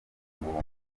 guhunga